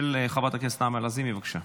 של חברת הכנסת נעמה לזימי, בבקשה.